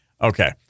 Okay